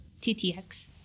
TTX